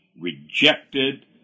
rejected